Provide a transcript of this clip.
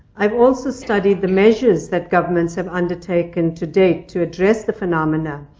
i have also studied the measures that governments have undertaken to date to address the phenomena.